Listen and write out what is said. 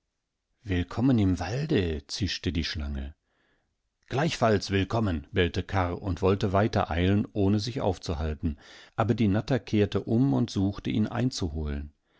willkommen im walde zischte die schlange gleichfalls willkommen belltekarrundwollteweitereilen ohnesichaufzuhalten aber die natter kehrte um und suchte ihn einzuholen